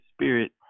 spirit